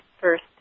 first